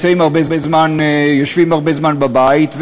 יושבים הרבה זמן בבית,